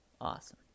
Awesome